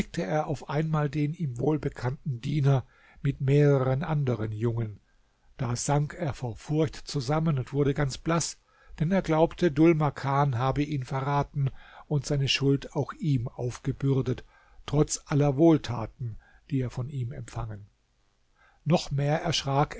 auf einmal den ihm wohlbekannten diener mit mehreren anderen jungen da sank er vor furcht zusammen und wurde ganz blaß denn er glaubte dhul makan habe ihn verraten und seine schuld auch ihm aufgebürdet trotz aller wohltaten die er von ihm empfangen noch mehr erschrak